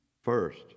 first